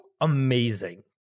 amazing